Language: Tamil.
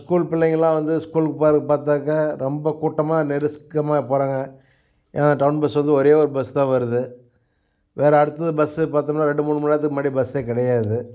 ஸ்கூல் பிள்ளைங்கள்லாம் வந்து ஸ்கூலுக்கு போகிறதுக்கு பார்த்தாக்க ரொம்ப கூட்டமாக நெருக்கமாக போகிறாங்க ஏன்னா டவுன் பஸ் வந்து ஒரே ஒரு பஸ் தான் வருது வேற அடுத்தது பஸ்ஸு பார்த்தம்ன்னா ரெண்டு மூணு மணிநேரத்துக்கு முன்னாடி பஸ்ஸே கிடையாது